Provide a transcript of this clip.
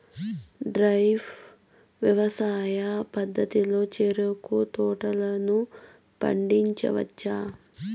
drip వ్యవసాయ పద్ధతిలో చెరుకు తోటలను పండించవచ్చా